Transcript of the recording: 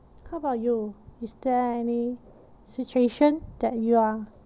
how about you is there any situation that you are